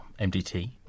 MDT